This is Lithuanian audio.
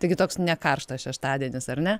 taigi toks ne karštas šeštadienis ar ne